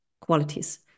qualities